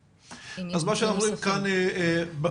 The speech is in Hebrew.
מה שאנחנו רואים כאן במספרים,